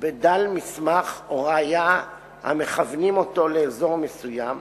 בדל מסמך או ראיה המכוונים אותו לאזור מסוים,